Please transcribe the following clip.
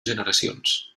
generacions